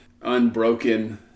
unbroken